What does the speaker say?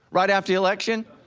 right after the election.